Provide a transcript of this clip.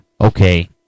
okay